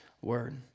word